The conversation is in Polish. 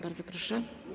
Bardzo proszę.